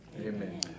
Amen